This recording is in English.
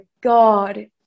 god